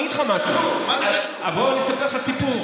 אני אספר לך סיפור.